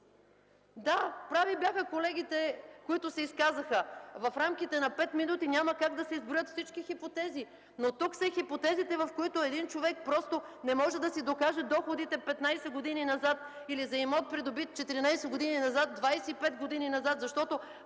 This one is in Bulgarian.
Да, прави бяха колегите, които се изказаха – в рамките на пет минути няма как да се изброят всички хипотези! Но тук са и хипотезите, в които един човек просто не може да си докаже доходите за 15 години назад или за имот, придобит 14 години назад, 25 години назад, защото